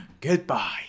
Goodbye